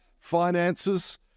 finances